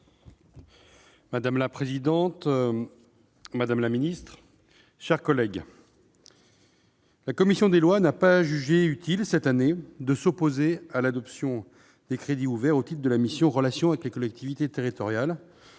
Madame la présidente, madame la ministre, mes chers collègues, cette année, la commission des lois n'a pas jugé utile de s'opposer à l'adoption des crédits ouverts au titre de la mission « Relations avec les collectivités territoriales »,